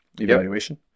evaluation